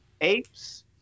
apes